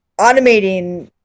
automating